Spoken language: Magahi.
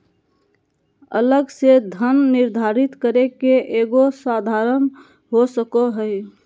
अलग से धन निर्धारित करे के एगो साधन हो सको हइ